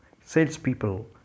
Salespeople